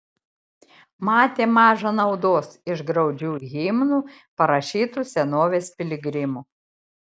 matė maža naudos iš graudžių himnų parašytų senovės piligrimų